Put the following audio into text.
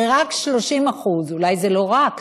ורק 30% אולי זה לא רק,